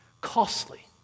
costly